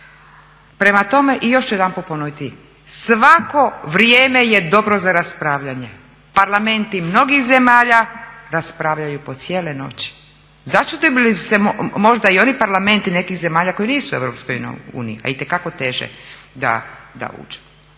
Prema tome još ću jedanput ponoviti, svako vrijeme je dobro za raspravljanje. Parlamenti mnogih zemalja raspravljaju po cijele noći. Začudili bi se možda i oni parlamenti nekih zemalja koji nisu u EU, a itekako teže da uđu.